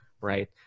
right